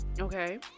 Okay